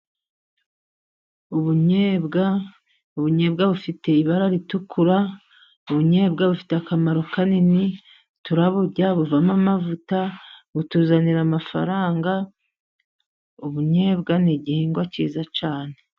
Ubunyebwa, ubunyebwa bufite ibara ritukura, ubunyebwa bufite akamaro kanini turaburya, buvamo amavuta, butuzanira amafaranga, ubunyebwa ni igihingwa cyiza cyane.